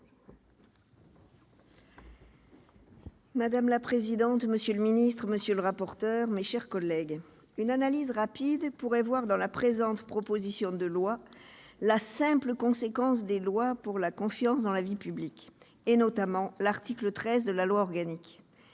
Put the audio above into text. Madame la présidente, monsieur le secrétaire d'État, monsieur le rapporteur, mes chers collègues, une analyse rapide pourrait faire apparaître le présent texte comme la simple conséquence des lois pour la confiance dans la vie politique, notamment l'article 13 de la loi organique,